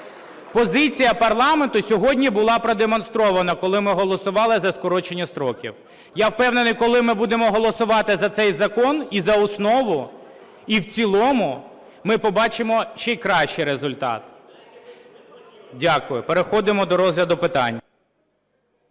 Позиція парламенту сьогодні була продемонстрована, коли ми голосували за скорочення строків. Я впевнений, коли ми будемо голосувати за цей закон і за основу, і в цілому, ми побачимо ще й кращий результат. Дякую. Переходимо до розгляду питань.